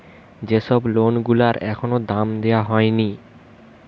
যে সব লোন গুলার এখনো দাম দেওয়া হয়নি